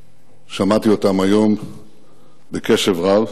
ששמעתי אותם היום בקשב רב.